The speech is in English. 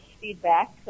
feedback